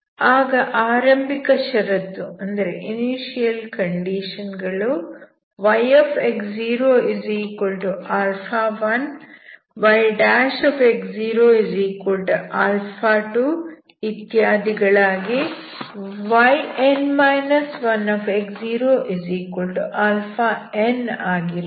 ಆಗ ಆರಂಭಿಕ ಷರತ್ತು ಗಳು yx01 yx02 yn 1x0n ಆಗಿರುತ್ತವೆ